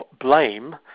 blame